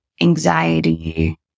anxiety